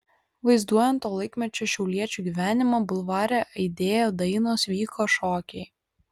vaizduojant to laikmečio šiauliečių gyvenimą bulvare aidėjo dainos vyko šokiai